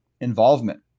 involvement